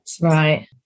Right